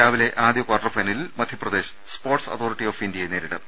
രാവിലെ ആദ്യ കാർട്ടർ ഫൈനലിൽ മധ്യപ്രദേശ് സ്പോർട്സ് അതോറിറ്റി ഓഫ് ഇന്ത്യയെ നേരിടും